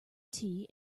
tea